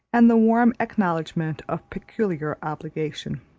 and the warm acknowledgment of peculiar obligation.